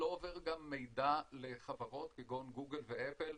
לא עובר גם מידע לחברות, כגון גוגל ואפל,